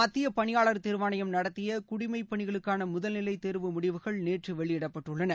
மத்திய பணியாளர் தேர்வாணையம் நடத்திய குடிமைப் பணிகளுக்கான முதல்நிலைத் தேர்வு முடிவுகள் நேற்று வெளியிடப்பட்டுள்ளன